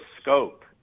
scope